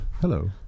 Hello